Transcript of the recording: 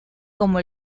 como